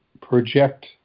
project